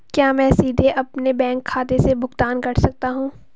क्या मैं सीधे अपने बैंक खाते से भुगतान कर सकता हूं?